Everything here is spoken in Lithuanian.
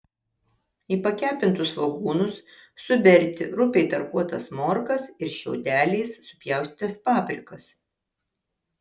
į pakepintus svogūnus suberti rupiai tarkuotas morkas ir šiaudeliais supjaustytas paprikas